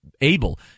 able